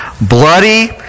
bloody